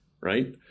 right